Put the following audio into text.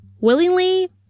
Willingly